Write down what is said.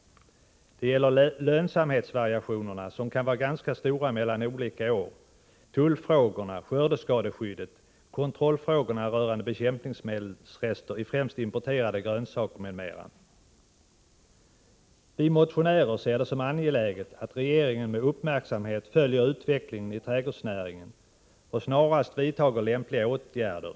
Det gäller lönsamhetsvariationerna som kan vara ganska stora mellan olika år, tullfrågorna, skördeskadeskyddet, kontrollfrågorna rörande bekämpningsmedelsrester i främst importerade grönsaker m.m. Vi motionärer anser det vara angeläget att regeringen med uppmärksamhet följer utvecklingen inom trädgårdsnäringen och snarast vidtager lämpliga åtgärder.